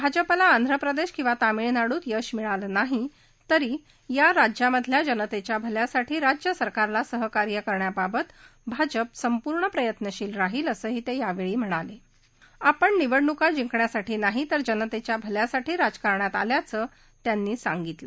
भाजपला आंध्र प्रदर्शकिंवा तामिळनाडूत यश मिळालं नाही तरी या राज्यातल्या जनतछा भल्यासाठी राज्यसरकारला सहकार्य करण्याबाबत भाजप पूर्ण प्रयत्नशील राहील असंही तखावछी म्हणालाआपण निवडणूका जिंकण्यासाठी नाही तर जनतघ्या भल्यासाठी राजकारणात आल्याचं त्यांनी सांगितलं